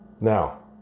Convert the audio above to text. Now